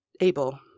able